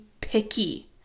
picky